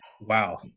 Wow